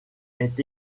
est